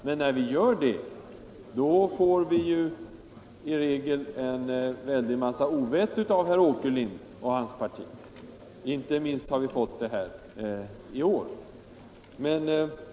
Men när vi gör det får vi i regel 183 en massa ovett av herr Åkerlind och hans parti — inte minst har vi fått det i år.